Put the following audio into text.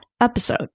episode